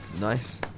Nice